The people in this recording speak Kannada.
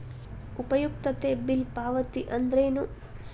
ಉಪಯುಕ್ತತೆ ಬಿಲ್ ಪಾವತಿ ಅಂದ್ರೇನು?